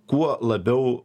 kuo labiau